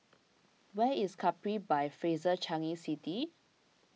where is Capri by Fraser Changi City